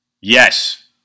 Yes